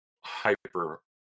hyper